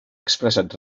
expressat